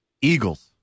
Eagles